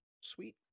Sweet